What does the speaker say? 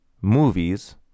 movies